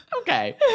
okay